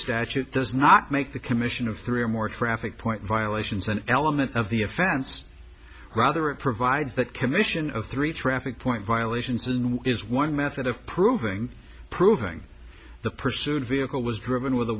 statute does not make the commission of three or more traffic point violations an element of the offense rather it provides that commission of three traffic point violations and is one method of proving proving the pursuit vehicle was driven with a